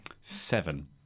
Seven